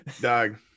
Dog